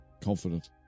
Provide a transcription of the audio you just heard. confident